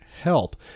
help